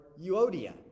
Euodia